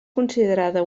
considerada